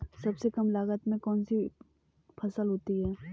सबसे कम लागत में कौन सी फसल होती है बताएँ?